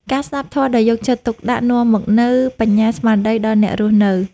ការស្ដាប់ធម៌ដោយយកចិត្តទុកដាក់ នាំមកនូវបញ្ញាស្មារតីដល់អ្នករស់នៅ។